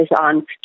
on